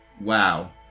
Wow